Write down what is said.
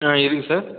ஆ இருக்குது சார்